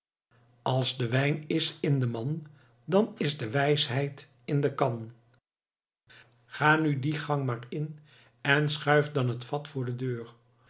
als de wijn is in den man dan is de wijsheid in de kan ga nu die gang maar in en schuif dan het vat voor de deur